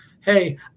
hey